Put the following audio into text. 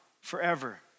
forever